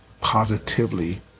positively